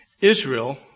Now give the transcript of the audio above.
Israel